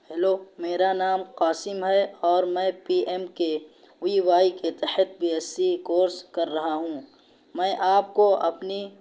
hello میرا نام قاسم ہے اور میں P M K V Y کے تحت بی ایس سی کورس کر رہا ہوں میں آپ کو اپنی